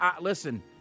listen